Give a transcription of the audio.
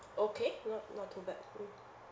okay not not too bad mm